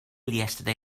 yesterday